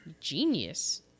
Genius